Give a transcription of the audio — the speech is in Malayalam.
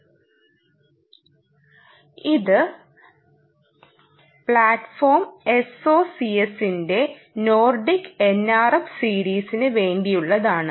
ഇത് റഫർ സമയം 2924 പ്ലാറ്റ്ഫോം SOCS ന്റെ നോർഡിക് NRF സീരീസിനു വേണ്ടിയുള്ളതാണ്